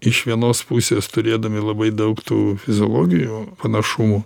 iš vienos pusės turėdami labai daug tų fiziologinių panašumų